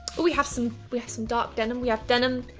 we have some, we have some dark denim, we have denim,